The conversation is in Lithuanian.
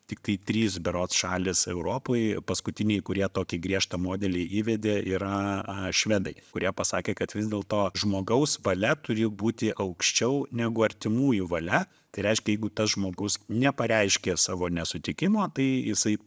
tiktai trys berods šalys europoj paskutiniai kurie tokį griežtą modelį įvedė yra švedai kurie pasakė kad vis dėlto žmogaus valia turi būti aukščiau negu artimųjų valia tai reiškia jeigu tas žmogus nepareiškė savo nesutikimo tai jisai